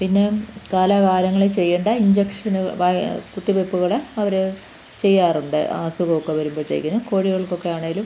പിന്നെ കാലാ കാലങ്ങളിൽ ചെയ്യേണ്ട ഇഞ്ചക്ഷന് കുത്തിവെപ്പുകൾ അവർ ചെയ്യാറുണ്ട് അസുഖമൊക്കെ വരുമ്പോഴത്തേക്കിനും കോഴികൾക്കൊക്കെയാണെങ്കിലും